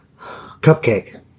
Cupcake